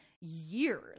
years